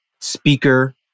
speaker